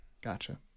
gotcha